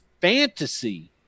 fantasy